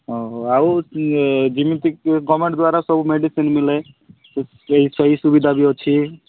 ହଁ ହଉ ଆଉ ଯେମିତି ଗଭରନମେଣ୍ଟ୍ ଦ୍ୱାରା ସବୁ ମେଡିସିନ୍ ମିଳେ ଏଇ ସୁବିଧା ବି ଅଛି